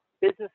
business